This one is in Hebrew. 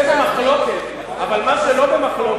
אבל, לא,